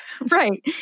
Right